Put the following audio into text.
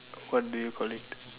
what do you call it